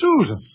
Susan